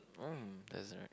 oh that's right